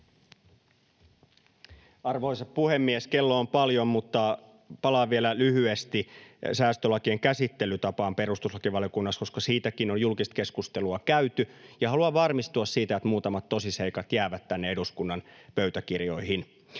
Arvoisa puhemies! Kello on paljon, mutta palaan vielä lyhyesti säästölakien käsittelytapaan perustuslakivaliokunnassa, koska siitäkin on julkista keskustelua käyty, ja haluan varmistua siitä, että muutamat tosiseikat jäävät tänne eduskunnan pöytäkirjoihin.